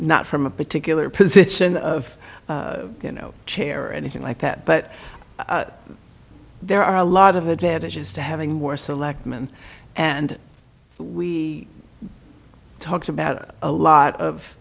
not from a particular position of you know chair or anything like that but there are a lot of advantages to having more selectman and we talked about a lot